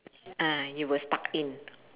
uh you were stuck in